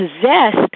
possessed